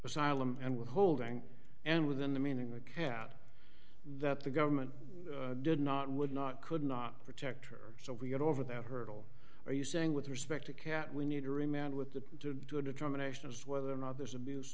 asylum and withholding and within the meaning the cat that the government did not would not could not protect her so we got over that hurdle are you saying with respect to cat we need to remain with the determination of whether or not there's abuse